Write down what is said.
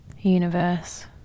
universe